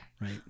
Right